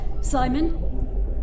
Simon